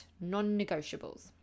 non-negotiables